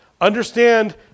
Understand